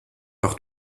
par